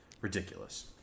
Ridiculous